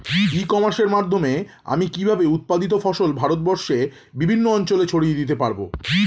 ই কমার্সের মাধ্যমে আমি কিভাবে উৎপাদিত ফসল ভারতবর্ষে বিভিন্ন অঞ্চলে ছড়িয়ে দিতে পারো?